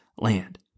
land